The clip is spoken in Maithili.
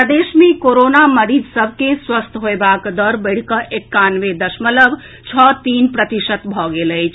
प्रदेश मे कोरोना मरीज सभ के स्वस्थ होएबाक दर बढ़िकऽ एकानवे दशमलव छओ तीन प्रतिशत भऽ गेल अछि